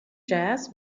jazz